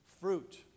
fruit